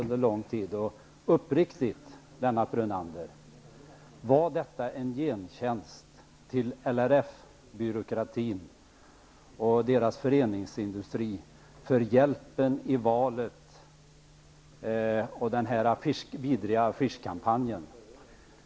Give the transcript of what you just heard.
Uppriktigt sagt, Lennart Brunander: Var detta en gentjänst till LRF-byråkratin och dess föreningsindustri för hjälpen i valet och den vidriga affischkampanjen?